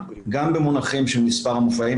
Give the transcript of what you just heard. גם במונחים של מספר המופעים,